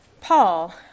Paul